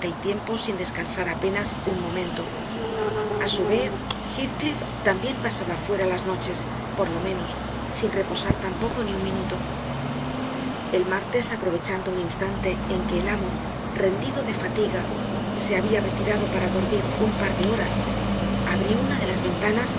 tiempo sin descansar apenas un momento a su vez heathcliff también pasaba fuera las noches por lo menos sin reposar tampoco ni un minuto el martes aprovechando un instante en que el amo rendido de fatiga se había retirado para dormir un par de horas abrí una de las ventanas